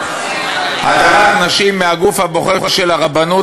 הדרת נשים מהגוף הבוחר של הרבנות,